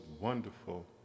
wonderful